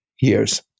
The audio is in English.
years